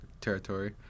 territory